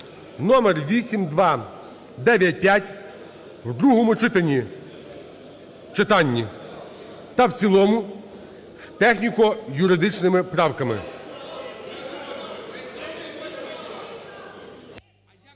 (№ 8295) в другому читанні та в цілому з техніко-юридичними правками.